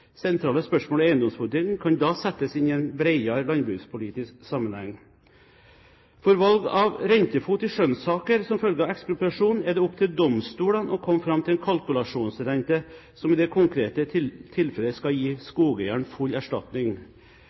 Sentrale spørsmål i eiendomspolitikken kan da settes inn i en bredere landbrukspolitisk sammenheng. For valg av rentefot i skjønnssaker som følge av ekspropriasjon er det opp til domstolene å komme fram til en kalkulasjonsrente som i det konkrete tilfellet skal gi skogeieren full erstatning.